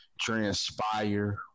transpire